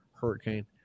Hurricane